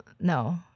no